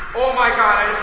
oh, my god,